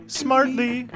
smartly